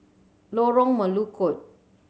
Lorong Melukut